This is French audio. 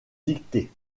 dicter